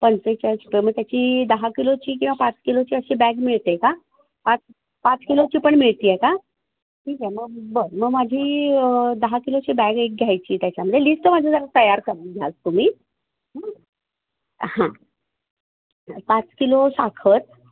पंचेचाळीस रुपये मग त्याची दहा किलोची किंवा पाच किलोची अशी बॅग मिळते का पाच पाच किलोची पण मिळते आहे का ठीक आहे मग बरं मग माझी दहा किलोची बॅग एक घ्यायची त्याच्यामध्ये लिस्ट माझं जरा तयार करून घ्याल तुम्ही हां पाच किलो साखर